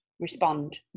respond